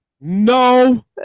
No